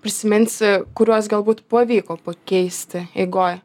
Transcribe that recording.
prisiminsi kuriuos galbūt pavyko pakeisti eigoj